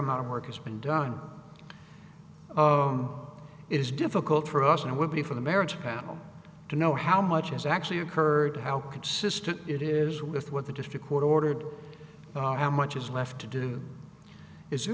amount of work has been done is difficult for us and would be for the merits of panel to know how much has actually occurred how consistent it is with what the district court ordered all how much is left to do is there